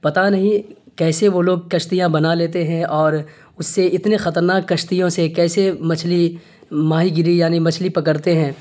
پتہ نہیں کیسے وہ لوگ کشتیاں بنا لیتے ہیں اور اس سے اتنے خطرناک کشتیوں سے کیسے مچھلی ماہی گیری یعنی مچھلی پکڑتے ہیں